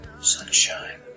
sunshine